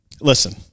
listen